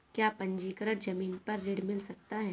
क्या पंजीकरण ज़मीन पर ऋण मिल सकता है?